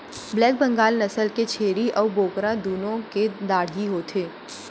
black Bengal नसल के छेरी अउ बोकरा दुनो के डाढ़ही होथे